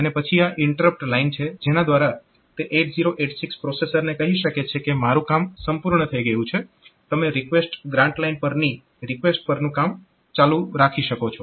અને પછી આ ઈન્ટરપ્ટ લાઈન છે જેના દ્વારા તે 8086 પ્રોસેસરને કહી શકે છે મારું કામ પૂર્ણ થઇ ગયું છે તમે રિકવેસ્ટ ગ્રાન્ટ લાઇન પરની રિક્વેસ્ટ પરનું કામ ચાલુ રાખી શકો છો